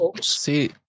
See